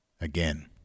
Again